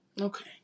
Okay